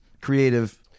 creative